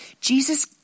Jesus